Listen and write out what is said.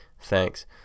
thanks